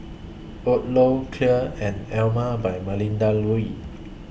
Odlo Clear and Emel By Melinda Looi